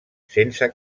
sense